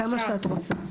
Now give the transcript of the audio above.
כמה שאת רוצה.